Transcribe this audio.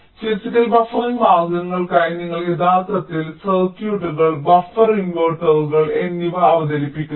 അതിനാൽ physical buffering മാർഗങ്ങൾക്കായി നിങ്ങൾ യഥാർത്ഥത്തിൽ സർക്യൂട്ടുകൾ ബഫർ ഇൻവെർട്ടറുകൾ എന്നിവ അവതരിപ്പിക്കുന്നു